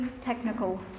technical